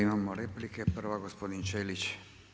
Imamo replike, prva gospodin Čelić.